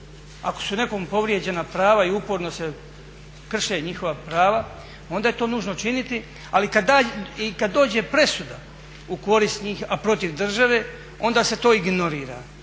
Ako su nekom povrijeđena prava i uporno se krše njihova prava onda je to nužno činiti, ali kad dođe presuda u korist njih a protiv države onda se to ignorira.